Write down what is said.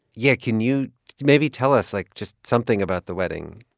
yeah, can you maybe tell us, like, just something about the wedding?